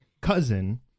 Cousin